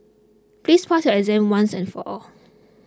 please pass your exam once and for all